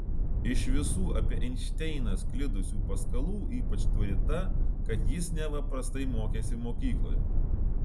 iš visų apie einšteiną sklidusių paskalų ypač tvari ta kad jis neva prastai mokėsi mokykloje